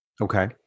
Okay